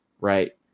right